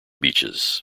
beaches